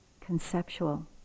conceptual